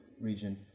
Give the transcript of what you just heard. region